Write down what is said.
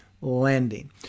landing